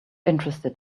interested